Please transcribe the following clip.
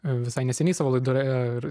visai neseniai savo laidoje